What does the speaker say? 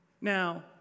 Now